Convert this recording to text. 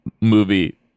movie